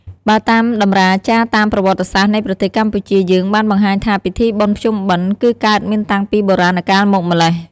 បើតាមតម្រាចារតាមប្រវត្តិសាស្ត្រនៃប្រទេសកម្ពុជាយើង បានបង្ហាញថាពិធីបុណ្យភ្ជុំបិណ្ឌ គឺកើតមានតាំងពីបុរាណកាលមកម្ល៉េះ។